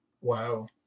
Wow